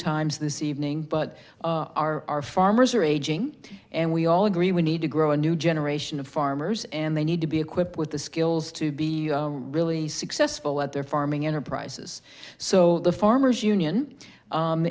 times this evening but our farmers are aging and we all agree we need to grow a new generation of farmers and they need to be equipped with the skills to be really successful at their farming enterprises so the farmers union